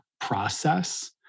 process